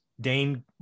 Dane